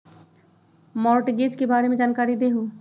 Mortgage के बारे में जानकारी देहु?